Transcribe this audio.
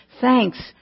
thanks